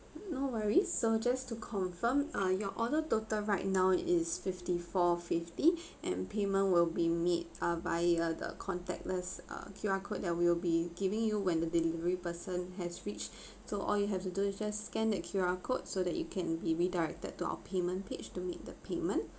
no worries so just to confirm ah your order total right now is fifty four fifty and payment will be made uh via the contactless uh Q_R code that we'll be giving you when the delivery person has reach so all you have to do is just scan that Q_R code so that you can be redirected to our payment page to make the payment